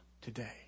today